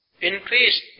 increased